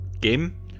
game